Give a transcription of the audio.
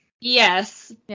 Yes